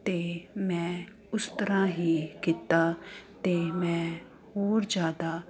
ਅਤੇ ਮੈਂ ਉਸ ਤਰ੍ਹਾਂ ਹੀ ਕੀਤਾ ਅਤੇ ਮੈਂ ਹੋਰ ਜ਼ਿਆਦਾ